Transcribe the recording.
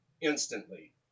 Instantly